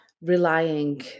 relying